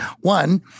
One